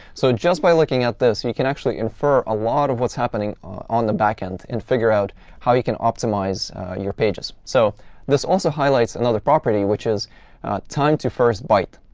so just by looking at this, you you can actually infer a lot of what's happening on the back-end and figure out how you can optimize your pages. so this also highlights another property, which is time to first byte,